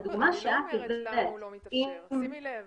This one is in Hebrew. שימי לב